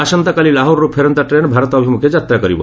ଆସନ୍ତାକାଲି ଲାହୋର୍ରୁ ଫେରନ୍ତା ଟ୍ରେନ୍ ଭାରତ ଅଭିମୁଖେ ଯାତ୍ରା କରିବ